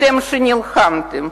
אתם שנלחמתם,